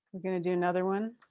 we're gonna do another one.